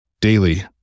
daily